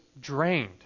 drained